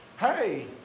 hey